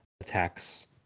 attacks